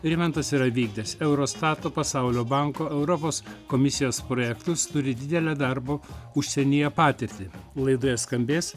rimantas yra vykdęs eurostato pasaulio banko europos komisijos projektus turi didelę darbo užsienyje patirtį laidoje skambės